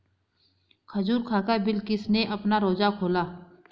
खजूर खाकर बिलकिश ने अपना रोजा खोला